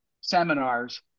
seminars